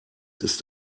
ist